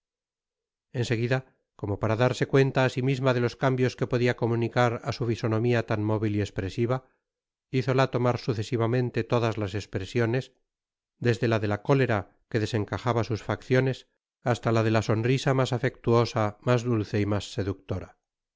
seguida como para darse cuenta á si misma de los cambios que podia comunicar á su fisonomia tan móvil y espresiva hizola tomar sucesivamente todas las espresiones desde la de la cólera que desencajaba sus facciones hasta la de la sonrisa mas afectuosa mas dulce y mas seductora